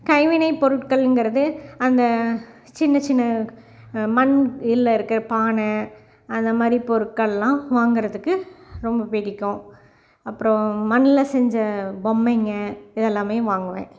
கைவினை பொருட்களுங்கிறது அந்த சின்ன சின்ன மண் இதில் இருக்கிற பானை அந்த மாதிரி பொருட்களெலாம் வாங்கிறதுக்கு ரொம்ப பிடிக்கும் அப்புறம் மண்ணில் செஞ்ச பொம்மைங்கள் இது எல்லாமே வாங்குவேன்